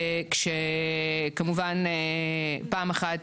כשכמובן פעם אחת,